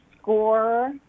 SCORE